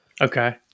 Okay